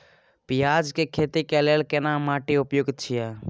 पियाज के खेती के लेल केना माटी उपयुक्त छियै?